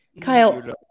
Kyle